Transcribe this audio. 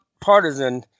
partisan